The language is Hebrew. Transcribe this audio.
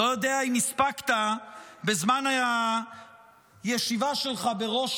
לא יודע אם הספקת בזמן הישיבה שלך בראש